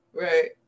Right